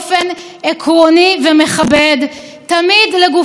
אולי עדיין יש לי מה ללמוד לגבי ניסוח?